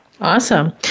Awesome